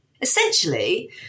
Essentially